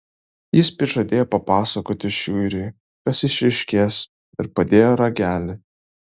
jis prižadėjo papasakoti šiuriui kas išryškės ir padėjo ragelį